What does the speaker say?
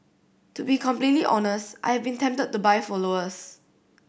to be completely honest I have been tempted to buy followers